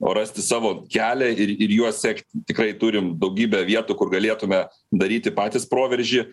o rasti savo kelią ir ir juo sekti tikrai turim daugybę vietų kur galėtume daryti patys proveržį